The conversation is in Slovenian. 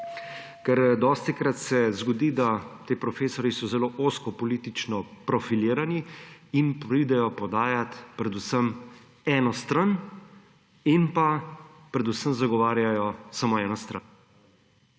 Ker dostikrat se zgodi, da ti profesorji so zelo ozko politično profilirani in pridejo podajat predvsem eno stran in predvsem zagovarjajo samo eno stran.